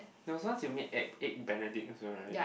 there was once you made egg egg benedict also right